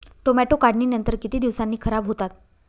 Tomato काढणीनंतर किती दिवसांनी खराब होतात?